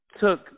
took